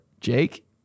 Jake